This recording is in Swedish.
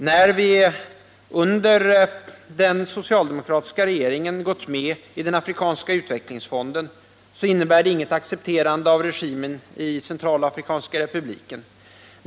När vi under den socialdemokratiska regeringen gått med i den afrikanska utvecklingsfonden innebär det inget accepterande av regimen i Centralafrikanska republiken.